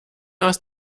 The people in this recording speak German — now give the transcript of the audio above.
aus